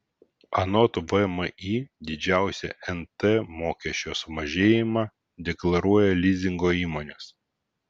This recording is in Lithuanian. anot vmi didžiausią nt mokesčio sumažėjimą deklaruoja lizingo įmonės